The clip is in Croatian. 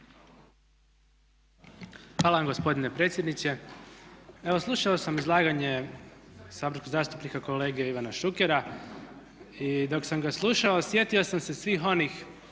Hvala vam gospodine predsjedniče. Evo slušao sam izlaganje saborskog zastupnika, kolege Ivana Šukera. I dok sam ga slušao sjetio sam se svih onih